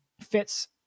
fits